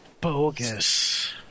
Bogus